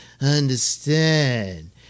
understand